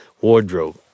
wardrobe